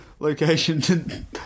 location